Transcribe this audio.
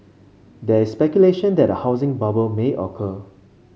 there is speculation that a housing bubble may occur